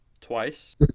Twice